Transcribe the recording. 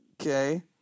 Okay